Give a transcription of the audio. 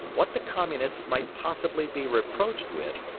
what the communists might possibly be reproached with,